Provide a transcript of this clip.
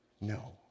No